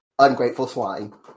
ungratefulswine